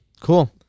Cool